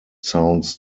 sounds